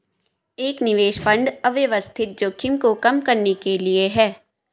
एक निवेश फंड अव्यवस्थित जोखिम को कम करने के लिए है